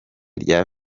rya